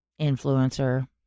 influencer